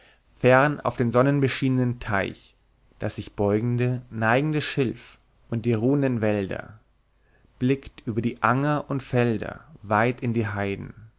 fern auf den sonnenbeschienenen teich das sich beugende neigende schilf und die ruhenden wälder blickt über die anger und felder weit in die heiden